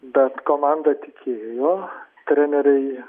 bet komanda tikėjo treneriai